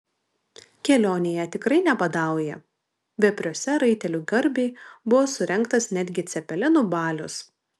kelionėje tikrai nebadauja vepriuose raitelių garbei buvo surengtas netgi cepelinų balius